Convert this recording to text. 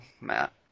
Matt